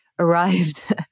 arrived